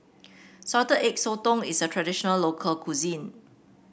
Salted Egg Sotong is a traditional local cuisine